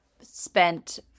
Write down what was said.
spent